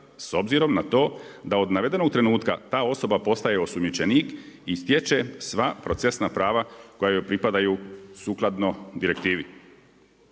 s obzirom na to da od navedenog trenutka ta osoba postaje osumnjičenik i stječe sva procesna prava koja joj pripadaju sukladno direktivi.